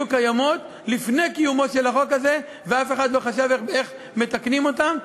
קיימות לפני קיומו של החוק הזה ואף אחד לא חשב איך מתקנים אותן.